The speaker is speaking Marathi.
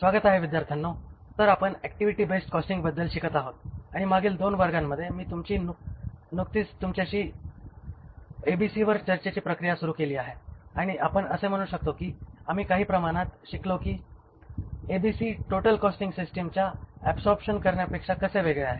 स्वागत आहे विद्यार्थ्यांनो तर आपण ऍक्टिव्हिटी बेस्ड कॉस्टिंगबद्दल शिकत आहोत आणि मागील दोन वर्गांमध्ये मी नुकतीच तुमच्याशी एबीसीवर चर्चेची प्रक्रिया सुरू केली आहे आणि आपण असे म्हणू शकतो की आम्ही काही प्रमाणात शिकलो की एबीसी टोटल कॉस्टिंग सिस्टिमच्या ऍबसॉरबशन करण्यापेक्षा कसे वेगळे आहे